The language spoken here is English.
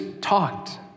talked